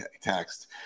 text